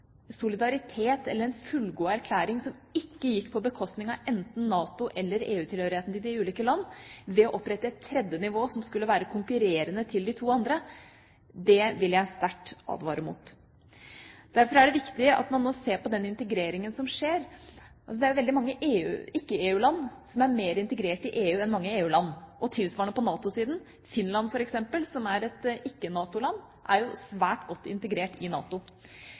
solidaritet eller en fullgod erklæring som ikke gikk på bekostning av enten NATO- eller EU-tilhørigheten til de ulike land ved å opprette et tredje nivå som skulle være konkurrerende til de to andre, vil jeg sterkt advare mot. Derfor er det viktig at man nå ser på den integreringen som skjer. Det er veldig mange ikke-EU-land som er mer integrert i EU enn mange EU-land, og tilsvarende på NATO-siden. Finland f.eks., som er et ikke-NATO-land, er svært godt integrert i NATO.